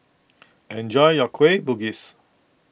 enjoy your Kueh Bugis